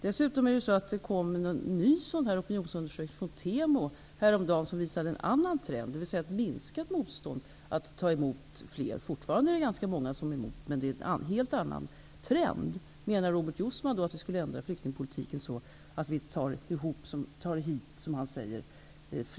Dessutom kom en ny opinionsundersökning från TEMO häromdagen, som visade en annan trend, dvs. minskat motstånd att ta emot fler flyktingar -- fortfarande är ganska många emot, men trenden är en helt annan. Menar Robert Jousma att vi därför nu skall ändra flyktingpolitiken så att vi skall, som han säger, ta hit fler flyktingar?